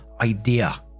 idea